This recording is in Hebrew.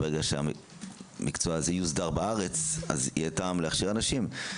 ברגע שהמקצוע הזה יוסדר בארץ אז יהיה טעם להכשיר אנשים.